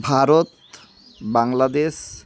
Bharat Bangladesh